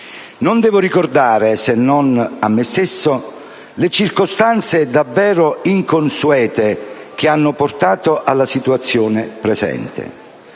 Non devo ricordare, se non a me stesso, le circostanze davvero inconsuete che hanno portato alla situazione presente: